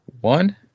one